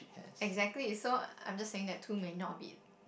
exactly so I'm just saying that two may not be